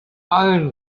allen